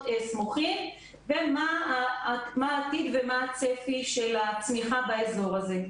סמוכים ומה העתיד ומה הצפי של הצמיחה באזור הזה.